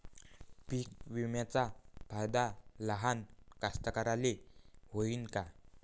पीक विम्याचा फायदा लहान कास्तकाराइले होईन का?